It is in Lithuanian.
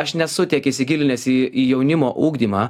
aš nesu tiek įsigilinęs į jaunimo ugdymą